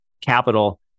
capital